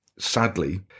Sadly